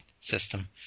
system